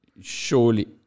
surely